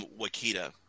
Wakita